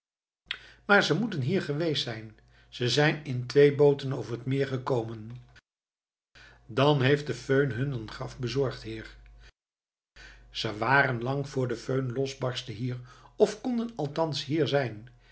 maar ze moeten hier geweest zijn ze zijn in twee booten over het meer gekomen dan heeft de föhn hun een graf bezorgd heer ze waren lang voor dat de föhn losbarstte hier of konden althans hier zijn